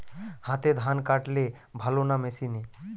হাতে ধান কাটলে ভালো না মেশিনে?